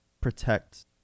protect